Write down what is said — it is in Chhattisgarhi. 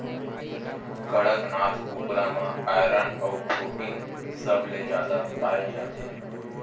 कड़कनाथ कुकरा म आयरन अउ प्रोटीन सबले जादा पाए जाथे